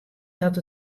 dat